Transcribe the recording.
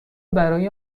برای